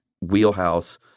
wheelhouse